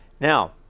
Now